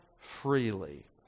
freely